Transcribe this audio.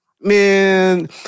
Man